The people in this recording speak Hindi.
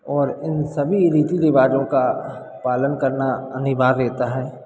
और इन सभी रीति रिवाजों का पालन करना अनिवार्यता है